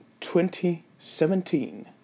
2017